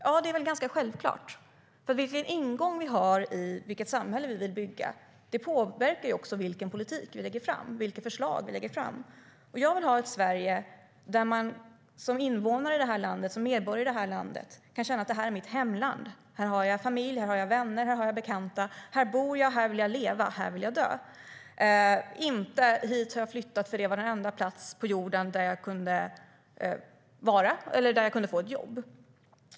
Ja, det är väl ganska självklart. Den ingång vi har till vilket samhälle vi vill bygga påverkar vilken politik, vilka förslag, vi lägger fram. Jag vill ha ett Sverige där man som invånare i det här landet, som medborgare i det här landet, kan känna att det här är mitt hemland, här har jag familj, här har jag vänner, här har jag bekanta. Här bor jag, här vill jag leva, här vill jag dö, inte känna att hit har jag flyttat för att det var den enda plats på jorden där jag kunde vara eller där jag kunde få ett jobb.